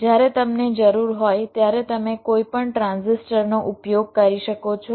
જ્યારે તમને જરૂર હોય ત્યારે તમે કોઈપણ ટ્રાન્ઝિસ્ટરનો ઉપયોગ કરી શકો છો